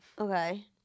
Okay